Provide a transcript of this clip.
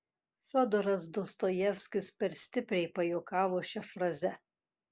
fiodoras dostojevskis per stipriai pajuokavo šia fraze